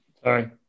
Sorry